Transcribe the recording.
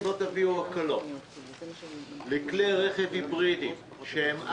אם לא תביאו הקלות לכלי רכב היברידיים שהם "עמך"